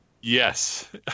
Yes